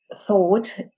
thought